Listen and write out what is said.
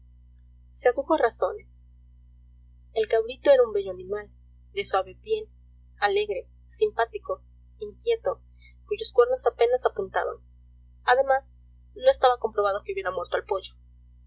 razones el cabrito era un bello animal de suave piel alegre simpático inquieto cuyos cuernos apenas apuntaban además no estaba comprobado que hubiera muerto al pollo